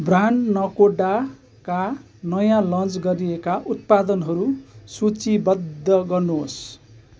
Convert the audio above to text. brand नकोडाका नयाँ launch गरिएका उत्पादनहरू सूचीबद्ध गर्नुहोस्